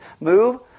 move